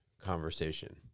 conversation